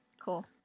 Cool